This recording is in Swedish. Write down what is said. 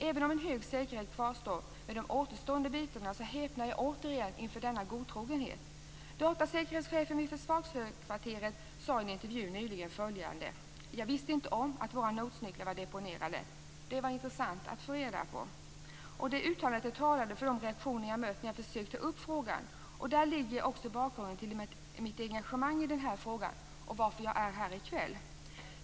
Även om en hög säkerhet kvarstår för de återstående bitarna, häpnar jag återigen inför denna godtrogenhet. Datasäkerhetschefen vid försvarshögkvarteret sade i en intervju nyligen: Jag visste inte om att våra Notesnycklar var deponerade. Det var intressant att få reda på. Det uttalandet talar för de reaktioner jag har mött när jag försökt ta upp frågan. Där ligger också bakgrunden till mitt engagemang i den här frågan och till varför jag är här i kväll.